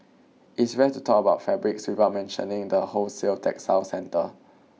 it is rare to talk about fabrics without mentioning the wholesale textile centre